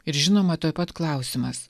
ir žinoma tuoj pat klausimas